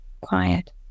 Quiet